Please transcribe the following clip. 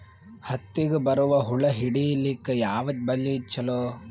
ಹತ್ತಿಗ ಬರುವ ಹುಳ ಹಿಡೀಲಿಕ ಯಾವ ಬಲಿ ಚಲೋ?